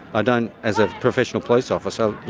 ah don't, as a professional police officer,